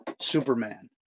superman